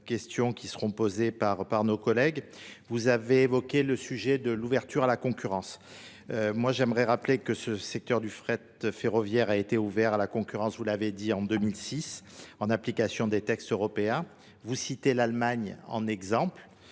questions qui seront posées par nos collègues. Vous avez évoqué le sujet de l'ouverture à la concurrence. Moi j'aimerais rappeler que ce secteur du fret ferroviaire a été ouvert à la concurrence, vous l'avez dit en 2006, en application des textes européens. Vous citez l'Allemagne en exemple